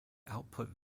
output